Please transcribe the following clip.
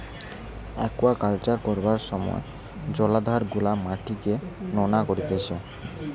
aquaculture করবার সময় জলাধার গুলার মাটিকে নোনা করতিছে